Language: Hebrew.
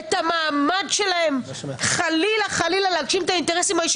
את המעמד שלהם חלילה להגשים את האינטרסים